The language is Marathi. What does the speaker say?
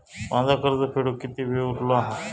माझा कर्ज फेडुक किती वेळ उरलो हा?